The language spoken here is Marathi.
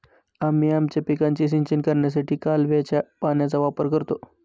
आम्ही आमच्या पिकांचे सिंचन करण्यासाठी कालव्याच्या पाण्याचा वापर करतो